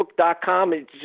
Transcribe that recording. Facebook.com